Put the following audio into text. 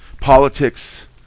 Politics